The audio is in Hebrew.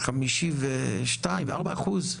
52% או 54%,